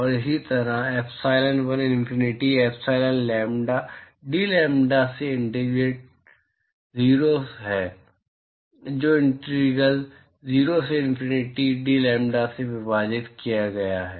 और इसी तरह epsilon1 infinity epsilon lambda dlambda से इंटीग्रल 0 है जिसे इंटीग्रल 0 से इनफिनिटी dlambda में विभाजित किया गया है